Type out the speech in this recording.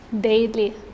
daily